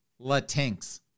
latinx